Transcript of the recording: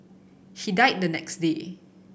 he died the next day